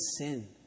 sin